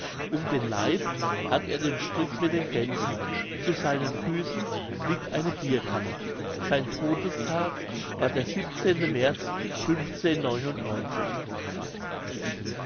um den leib hat er den strick mit den gänsen zu seinen füßen liegt eine bierkanne sein todestag war der märz